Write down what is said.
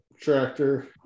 tractor